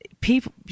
people